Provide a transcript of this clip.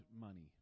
money